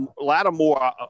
Lattimore